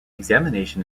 examination